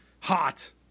hot